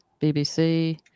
BBC